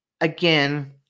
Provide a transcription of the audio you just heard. again